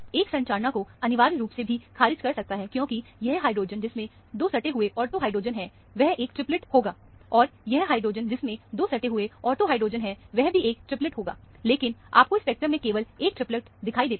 एक संरचना को अनिवार्य रूप से भी खारिज कर सकता है क्योंकि यह हाइड्रोजन जिसमें 2 सटे हुए ऑर्थो हाइड्रोजन है वह एक ट्रिपलेट होगा और यह हाइड्रोजन जिसमें 2 सटे हुए ऑर्थो हाइड्रोजेन है वह भी एक ट्रिपलेट होगा लेकिन आपको स्पेक्ट्रम में केवल एक ट्रिपलेट दिखाई देता है